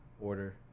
order